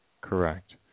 Correct